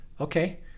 Okay